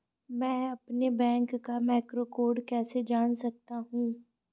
मैं अपने बैंक का मैक्रो कोड कैसे जान सकता हूँ?